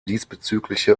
diesbezügliche